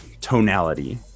tonality